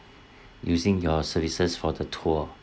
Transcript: using your services for the tour